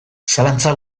zalantza